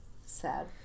Sad